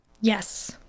Yes